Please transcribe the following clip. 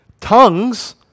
Tongues